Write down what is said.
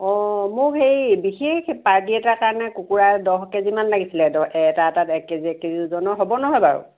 অ মোক সেই বিশেষ পাৰ্টি এটাৰ কাৰণে কুকুৰা দহ কেজিমান লাগিছিলে এটা এটাত এক কেজি ওজনৰ হ'ব নহয় বাৰু